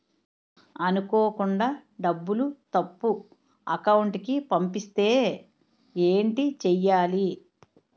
అనుకోకుండా డబ్బులు తప్పు అకౌంట్ కి పంపిస్తే ఏంటి చెయ్యాలి?